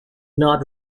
not